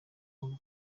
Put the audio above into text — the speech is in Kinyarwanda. rwanda